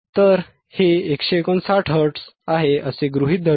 तर हे 159 Hz आहे असे गृहीत धरू